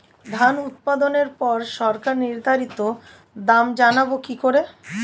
ধান উৎপাদনে পর সরকার নির্ধারিত দাম জানবো কি করে?